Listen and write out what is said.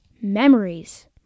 memories